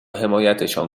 حمایتشان